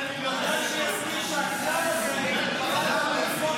רק שיזכיר שהכלל הזה --- נכון.